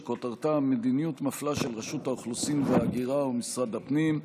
שכותרתה: מדיניות מפלה של רשות האוכלוסין וההגירה ומשרד הפנים,